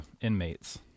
inmates